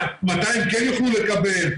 מתי הם כן יוכלו לקבל,